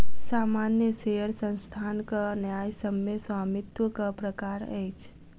सामान्य शेयर संस्थानक न्यायसम्य स्वामित्वक प्रकार अछि